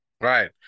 Right